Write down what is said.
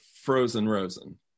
frozen-rosen